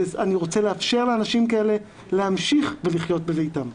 ואני רוצה לאפשר לאנשים כאלה להמשיך ולחיות בביתם.